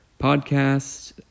podcast